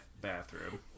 bathroom